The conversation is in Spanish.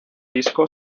disco